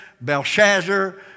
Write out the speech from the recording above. Belshazzar